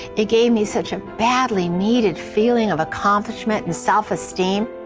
it gave me such a badly needed feeling of accomplishment and self-esteem.